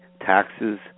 taxes